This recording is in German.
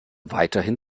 weiterhin